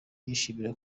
yishimira